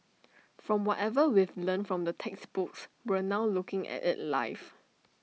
from whatever we've learnt from the textbooks now looking at IT life